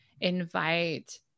invite